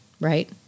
right